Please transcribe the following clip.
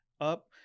up